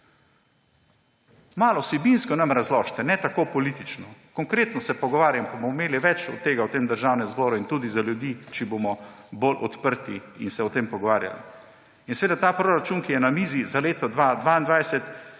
%? Vsebinsko nam razložite, ne tako politično. Konkretno se pogovarjajmo pa bomo imeli več od tega v tem državnem zboru in tudi za ljudi, če bomo bolj odprti in se bomo o tem pogovarjali. Ta proračun, ki je na mizi za leto 2022